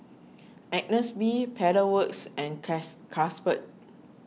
Agnes B Pedal Works and case Carlsberg